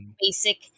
basic